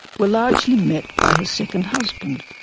were largely met by her second husband,